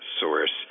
source